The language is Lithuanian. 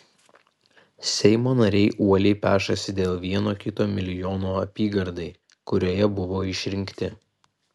seimo nariai uoliai pešasi dėl vieno kito milijono apygardai kurioje buvo išrinkti